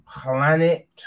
Planet